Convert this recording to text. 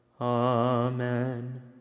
Amen